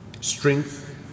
strength